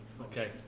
okay